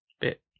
bit